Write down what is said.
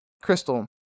crystal